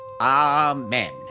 Amen